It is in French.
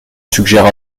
suggère